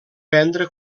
prendre